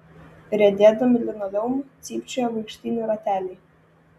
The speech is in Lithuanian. riedėdami linoleumu cypčioja vaikštynių rateliai